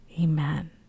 Amen